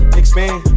expand